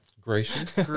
Gracious